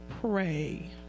pray